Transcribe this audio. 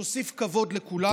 שתוסיף כבוד לכולנו.